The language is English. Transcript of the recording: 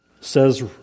Says